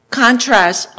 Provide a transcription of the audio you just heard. contrast